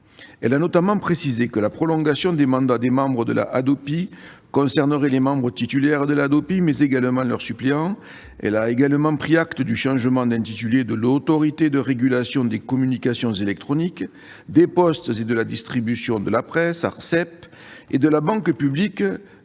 Elle a notamment précisé que la prolongation des mandats des membres de la Hadopi concernerait les membres titulaires, mais également leurs suppléants. Elle a également pris acte du changement de nom de l'Autorité de régulation des communications électroniques, des postes et de la distribution de la presse et de la Banque publique